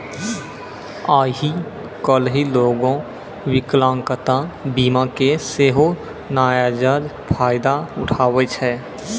आइ काल्हि लोगें विकलांगता बीमा के सेहो नजायज फायदा उठाबै छै